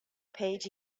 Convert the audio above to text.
page